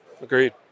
Agreed